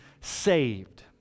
saved